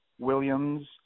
Williams